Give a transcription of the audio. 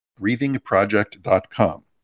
breathingproject.com